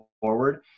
forward